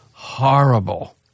horrible